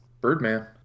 Birdman